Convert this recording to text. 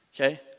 Okay